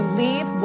leave